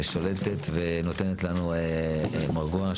שולטת ונותנת לנו מרגוע.